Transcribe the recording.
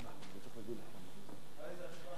נראה לי שזו התשובה הכי קצרה בהיסטוריה.